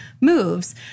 moves